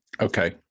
okay